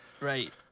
right